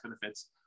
benefits